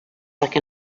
like